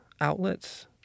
outlets